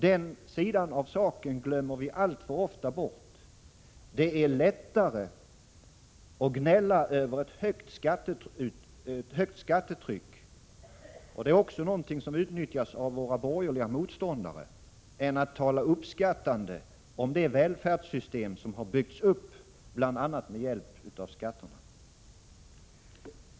Den sidan av saken glömmer vi alltför ofta bort. Det är lättare att gnälla över ett högt skattetryck — och det utnyttjas av våra borgerliga motståndare — än att tala uppskattande om det välfärdssystem som har byggts upp bl.a. med hjälp av skatterna.